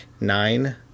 nine